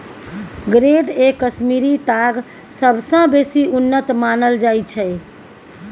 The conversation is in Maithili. ग्रेड ए कश्मीरी ताग सबसँ बेसी उन्नत मानल जाइ छै